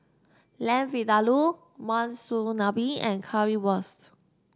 Lamb Vindaloo Monsunabe and Currywurst